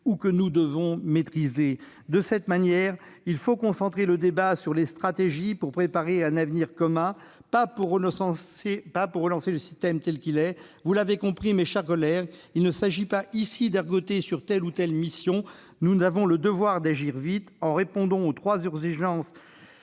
ou que nous devons maîtriser. De cette manière, on peut concentrer le débat sur les stratégies à établir pour préparer un avenir commun, et non pour relancer le système tel qu'il était. Vous l'aurez compris, mes chers collègues, il ne s'agit pas ici d'ergoter sur telle mission ou tel programme. Nous avons le devoir d'agir vite en répondant aux trois urgences